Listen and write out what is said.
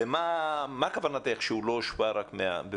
מה כוונתך שהוא לא הושפע רק מהנבחנים?